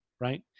right